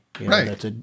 Right